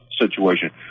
situation